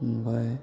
ओमफ्राय